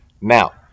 Now